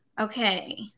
Okay